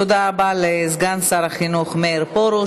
תודה לסגן שר החינוך מאיר פרוש.